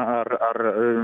ar ar